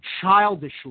childishly